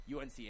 UNC